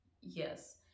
yes